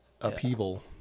upheaval